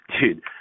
dude